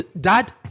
Dad